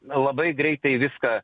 labai greitai viską